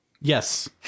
Yes